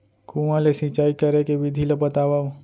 कुआं ले सिंचाई करे के विधि ला बतावव?